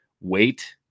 wait